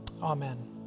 Amen